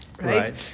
Right